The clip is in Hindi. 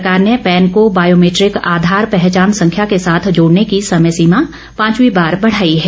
सरकार ने पैन को बायोमीट्रिक आधार पहचान संख्या के साथ जोड़ने की समय सीमा पांचवीं बार बढ़ाई है